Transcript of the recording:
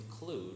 include